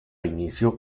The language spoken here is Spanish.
inicio